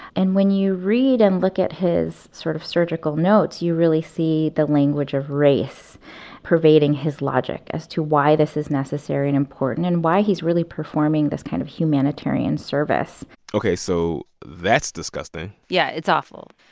and when you read and look at his sort of surgical notes, you really see the language of race pervading his logic as to why this is necessary and important and why he's really performing this kind of humanitarian service ok. so that's disgusting yeah. it's awful.